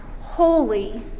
holy